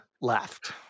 left